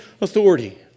authority